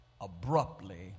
abruptly